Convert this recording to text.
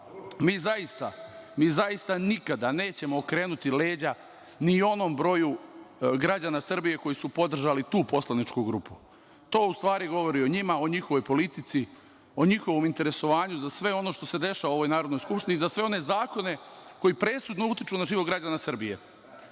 zaista nikada nećemo okrenuti leđa ni onom broju građana Srbije koji su podržali tu poslaničku grupu, to u stvari govori o njima, o njihovoj politici, o njihovom interesovanju za sve ono što se dešava u ovoj Narodnoj skupštini, na sve one zakone koji presudno utiču na život građana Srbije. Što